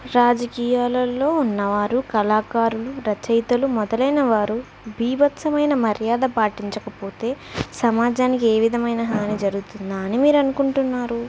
రాజకీయాలలో ఉన్నవారు కళాకారులు రచయితలు మొదలైన వారు భీబత్సమైన మర్యాద పాటించకపోతే సమాజానికి ఏ విధమైన హాని జరుగుతుందా అని మీరు అనుకుంటున్నారు